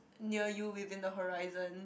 near you within the horizon